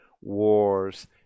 wars